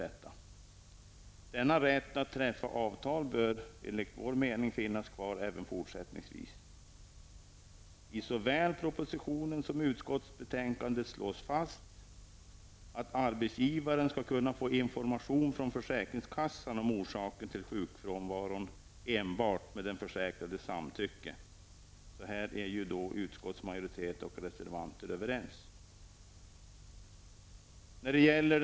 Denna rätt att träffa avtal bör, enligt vår mening, även fortsättningsvis finnas kvar. I både propositionen och utskottsbetänkandet slås fast att arbetsgivaren endast med den försäkrades samtycke skall kunna få information från försäkringskassan om orsaken till sjukfrånvaron. Utskottsmajoritet och reservanter är här överens.